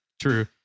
true